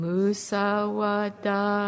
Musawada